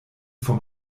vom